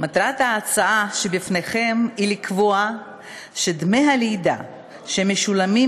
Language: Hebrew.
מטרת ההצעה שבפניכם היא לקבוע שדמי הלידה שמשולמים